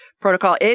protocol